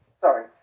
sorry